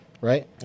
right